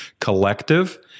collective